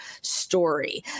story